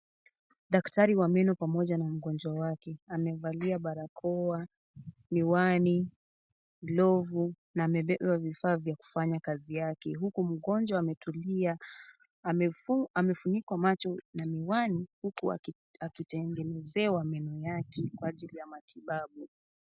Daktari wa meno pamoja na mgonjwa wake amevalia barakoa miwani, glovu na amebeba vifaa vya kufanya kazi yake huku mgonjwa ametulia amefunikwa macho na miwani huku akitengenezewa meno yake kwa ajili ya matibabu.